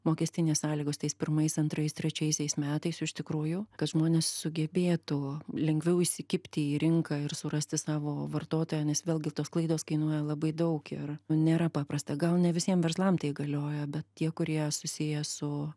mokestinės sąlygos tais pirmais antrais trečiaisiais metais iš tikrųjų kad žmonės sugebėtų lengviau įsikibti į rinką ir surasti savo vartotoją nes vėlgi tos klaidos kainuoja labai daug ir nėra paprasta gal ne visiem verslam tai galioja bet tie kurie susiję su